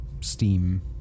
steam